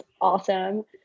awesome